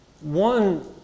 One